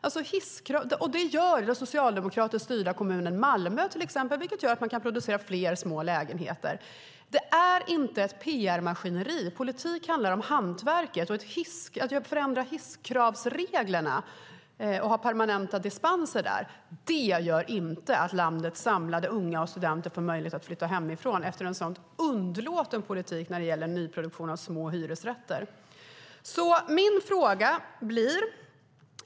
Det gör till exempel den socialdemokratiskt styrda kommunen Malmö, vilket gör att man kan producera fler små lägenheter. Det är inte ett pr-maskineri. Politik handlar om hantverket. Att förändra hisskravsreglerna och ha permanenta dispenser där gör inte att landets samlade unga och studenter får möjlighet att flytta hemifrån efter en sådan underlåten politik när det gäller nyproduktion av små hyresrätter.